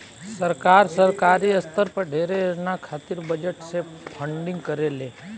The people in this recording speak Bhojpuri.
सरकार, सरकारी स्तर पर ढेरे योजना खातिर बजट से फंडिंग करेले